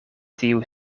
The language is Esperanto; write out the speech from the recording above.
tiu